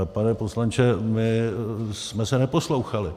Pane poslanče, my jsme se neposlouchali.